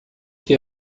que